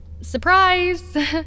surprise